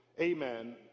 amen